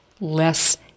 less